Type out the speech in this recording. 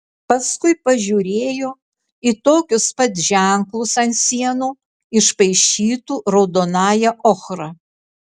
paskui pažiūrėjo į tokius pat ženklus ant sienų išpaišytų raudonąja ochra